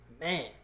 Man